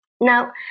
Now